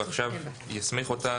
ועכשיו יסמיך אותה